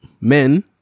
men